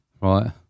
Right